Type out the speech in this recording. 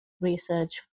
research